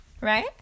Right